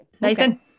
Nathan